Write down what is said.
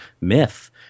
myth